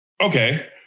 Okay